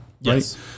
Yes